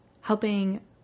helping